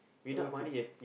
okay